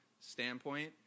standpoint